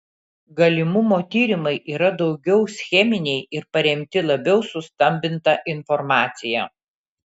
galimumo tyrimai yra daugiau scheminiai ir paremti labiau sustambinta informacija